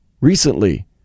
Recently